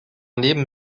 neben